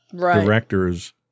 directors